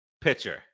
pitcher